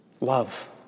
Love